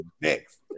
Next